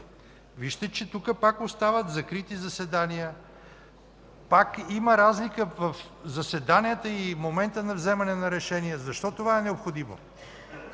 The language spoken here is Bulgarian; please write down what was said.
Вижте, че тук пак остават закрити заседания, пак има разлика в заседанията и момента на вземане на решения. Защо това е необходимо?